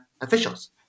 officials